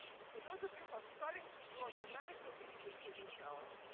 for those of you who are starting to draw dramatic conclusions for yourselves,